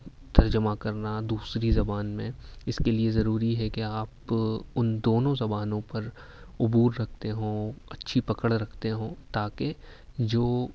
ترجمہ کرنا دوسری زبان میں اس کے لیے ضروری ہے کہ آپ ان دونوں زبانوں پر عبور رکھتے ہوں اچھی پکڑ رکھتے ہوں تاکہ جو